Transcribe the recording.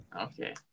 Okay